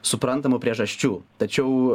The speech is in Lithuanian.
suprantamų priežasčių tačiau